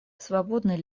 свободный